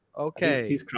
Okay